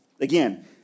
Again